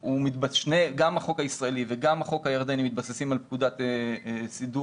גם החוק הישראלי וגם החוק הירדני מתבססים על פקודת סידור